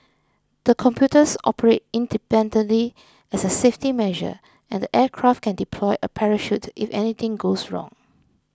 the computers operate independently as a safety measure and the aircraft can deploy a parachute if anything goes wrong